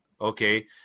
okay